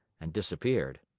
and disappeared.